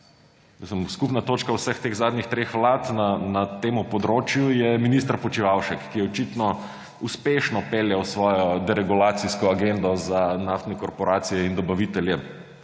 Skupna točka vseh teh zadnjih treh vlad na tem področju je minister Počivalšek, ki je očitno uspešno peljal svojo deregulacijsko agendo za naftne korporacije in dobavitelje